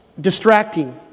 distracting